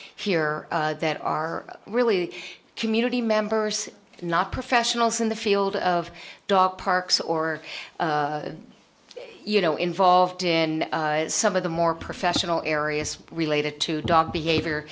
here that are really community members not professionals in the field of dog parks or you know involved in some of the more professional areas related to dog behavior